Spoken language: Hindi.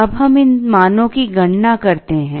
अब हम इन मानों की गणना करते हैं